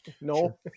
no